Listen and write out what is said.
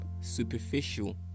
superficial